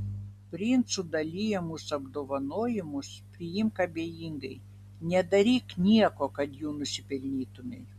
princų dalijamus apdovanojimus priimk abejingai nedaryk nieko kad jų nusipelnytumei